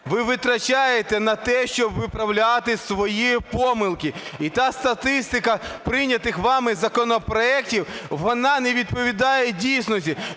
ви витрачаєте на те, щоб виправляти свої помилки, і та статистика прийнятих вами законопроектів, вона не відповідає дійсності,